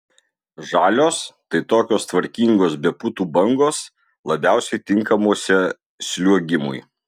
žalios tai tokios tvarkingos be putų bangos labiausiai tinkamuose sliuogimui